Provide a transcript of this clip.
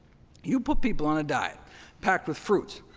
you put people on a diet packed with fruits,